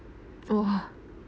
!wah!